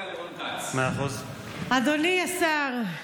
אדוני השר,